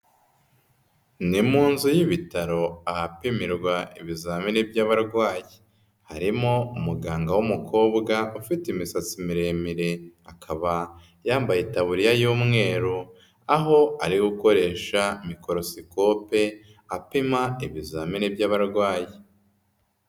Ni mu nzu y'ibitaro ahapimirwa ibizamini by'abarwayi. Harimo umuganga w'umukobwa ufite imisatsi miremire akaba yambaye itaburiya y'umweru, aho ari gukoresha mikorosikope apima ibizamini by'abarwayi.